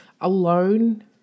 alone